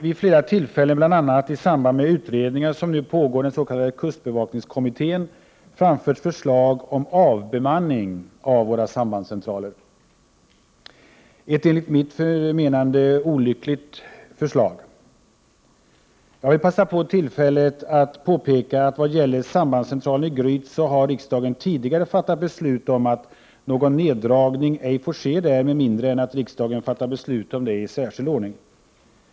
Vid flera tillfällen, bl.a. i samband med en utredning som nu pågår, den s.k. kustbevakningskommittén, har det framförts förslag om avbemanning av våra sambandscentraler — ett enligt mitt förmenande olyckligt förslag. Jag vill passa på tillfället att påpeka att vad gäller sambandscentralen i Gryt har riksdagen tidigare beslutat att någon neddragning där ej får ske med mindre än att riksdagen fattar beslut därom i särskild ordning.